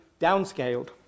downscaled